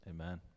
Amen